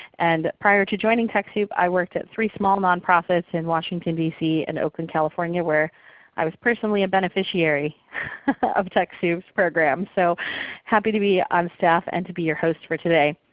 and prior to joining techsoup, i worked at three small nonprofits in washington, d c. and oakland, california, where i was personally a beneficiary of techsoup's programs. so happy to be on staff and to be your host for today.